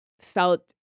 felt